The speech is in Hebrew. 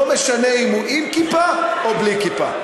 לא משנה אם הוא עם כיפה או בלי כיפה.